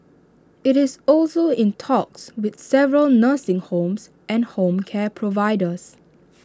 IT is also in talks with several nursing homes and home care providers